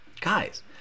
Guys